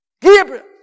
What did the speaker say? Gabriel